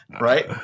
right